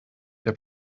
der